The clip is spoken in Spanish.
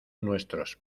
nuestros